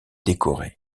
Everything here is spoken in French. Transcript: décorés